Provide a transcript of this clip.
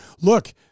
look